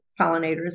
pollinators